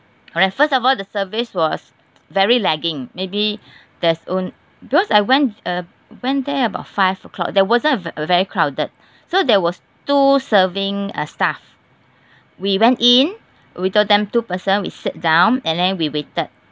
alright first of all the service was very lagging maybe there's on~ because I went uh went there about five O clock there wasn't a very crowded so there was two serving uh staff we went in we told them two person we sit down and then we waited